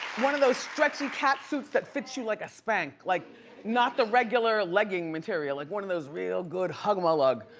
one of those stretchy catsuits that fits you like a spanx, like not the regular legging material, like one of those real good hug-a-ma-lug.